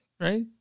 right